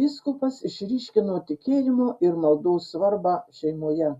vyskupas išryškino tikėjimo ir maldos svarbą šeimoje